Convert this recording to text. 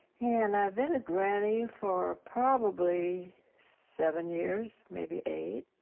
and i've been a granny for probably seven years, maybe eight.